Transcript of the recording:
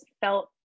felt